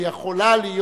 ויכולה להיות,